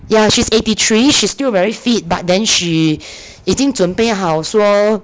yeah she's eighty three she's still very fit but then she 已经准备好说